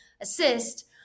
assist